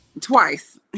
Twice